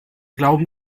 glauben